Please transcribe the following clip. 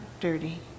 dirty